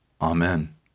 Amen